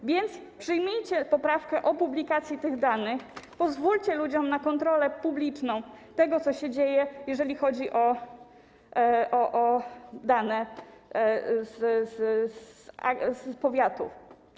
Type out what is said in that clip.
A więc przyjmijcie poprawkę w sprawie publikacji tych danych, pozwólcie ludziom na kontrolę publiczną tego, co się dzieje, jeżeli chodzi o dane z powiatów.